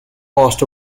lost